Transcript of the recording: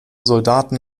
soldaten